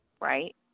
Right